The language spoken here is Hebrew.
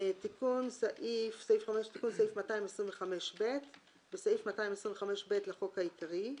תיקון סעיף 225ב 5. בסעיף 225ב(א) לחוק העיקרי,